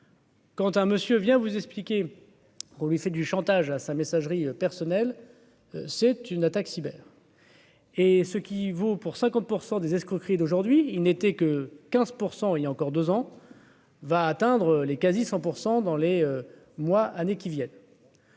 Quant à monsieur vient vous expliquer pour lui fait du chantage à sa messagerie personnelle, c'est une attaque cyber. Et ce qui vaut pour 50 % des escroqueries d'aujourd'hui, ils n'étaient que 15 % il y a encore 2 ans. Va atteindre les quasi 100 % dans les mois, années qui viennent.